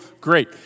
Great